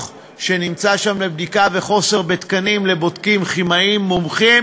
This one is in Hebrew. שם וחוסר בתקנים לבודקים כימאים מומחים,